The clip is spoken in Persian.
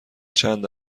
چند